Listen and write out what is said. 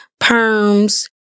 perms